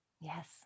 Yes